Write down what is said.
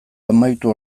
amaitu